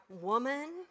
woman